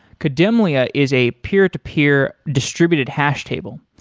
kademlia is a peer-to-peer distributed hash table.